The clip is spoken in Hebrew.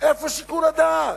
איפה שיקול הדעת?